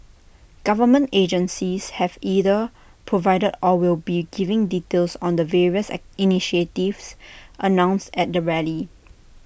government agencies have either provided or will be giving details on the various at initiatives announced at the rally